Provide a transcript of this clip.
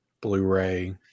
Blu-ray